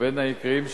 ובין העיקריים שבהם,